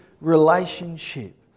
relationship